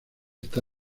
está